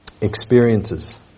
Experiences